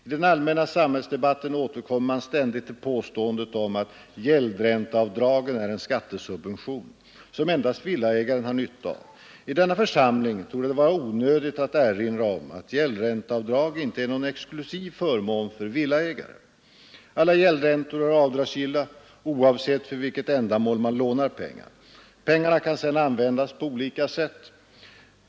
I den allmänna samhällsdebatten återkommer man ständigt till påståendet om att gäldränteavdragen är en skattesubvention, som endast villaägare har nytta av. I denna församling torde det vara onödigt att erinra om att gäldränteavdrag inte är någon exklusiv förmån för villaägare. Alla gäldräntor är avdragsgilla, oavsett för vilket ändamål man lånar pengar. Pengarna kan sedan användas på olika sätt.